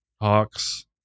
hawks